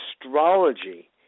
astrology